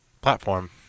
platform